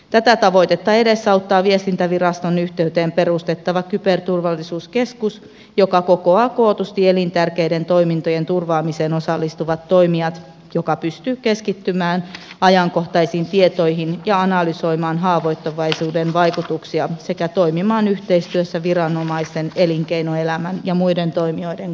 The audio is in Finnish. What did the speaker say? tätä tavoitetta edesauttaa viestintäviraston yhteyteen perus tettava kyberturvallisuuskeskus joka kokoaa kootusti elintärkeiden toimintojen turvaamiseen osallistuvat toimijat joka pystyy keskittymään ajankohtaisiin tietoihin ja analysoimaan haavoittuvaisuuden vaikutuksia sekä toimimaan yhteistyössä viranomaisten elinkeinoelämän ja muiden toimijoiden kanssa